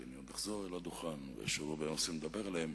כי אני עוד אחזור אל הדוכן ויש לי עוד הרבה נושאים לדבר עליהם,